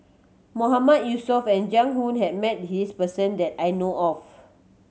Mahmood Yusof and Jiang Hu has met this person that I know of